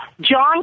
John